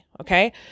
Okay